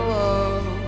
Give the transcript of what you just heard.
love